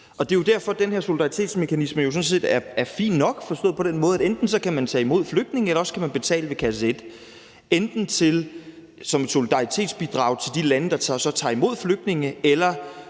og det er derfor, at den her solidaritetsmekanisme jo sådan set er fin nok, forstået på den måde, at enten kan man tage imod flygtninge, eller også skal man betale ved kasse et, enten med et solidaritetsbidrag til de lande, som så tager imod flygtninge, eller